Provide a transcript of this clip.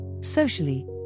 Socially